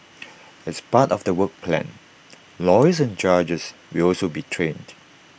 as part of the work plan lawyers and judges will also be trained